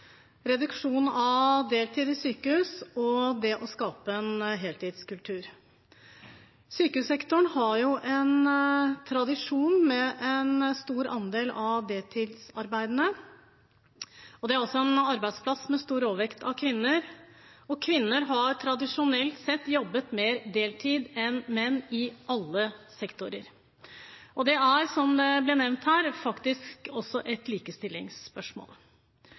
reduksjon av deltid i sykehus og det å skape en heltidskultur. Sykehussektoren har jo en tradisjon med en stor andel av deltidsarbeidende, og det er også en arbeidsplass med stor overvekt av kvinner. Kvinner har tradisjonelt sett jobbet mer deltid enn menn i alle sektorer. Det er, som det ble nevnt her, faktisk også et likestillingsspørsmål.